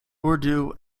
urdu